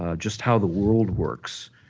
ah just how the world works.